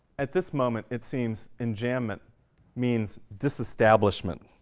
at this moment it seems enjambment means disestablishment,